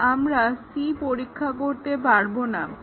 তাই আমরা C পরীক্ষা করতে পারব না